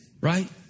Right